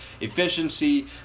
efficiency